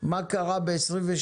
מה קרה ב-22'